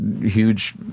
huge